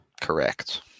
Correct